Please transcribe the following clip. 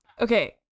Okay